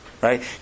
right